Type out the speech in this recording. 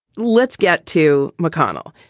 let's get to mcconnell.